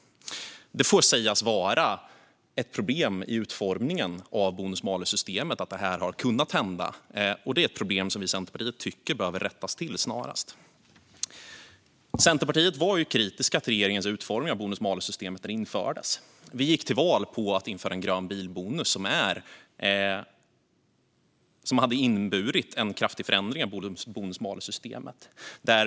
Det får sägas vara ett problem i utformningen av bonus-malus-systemet att detta har kunnat hända. Det är ett problem som vi i Centerpartiet tycker behöver rättas till snarast. Centerpartiet var kritiskt till regeringens utformning av bonus-malus-systemet när det infördes. Vi gick till val på att införa en grön bilbonus. Den hade inneburit en kraftig förändring av bonus-malus-systemet.